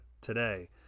today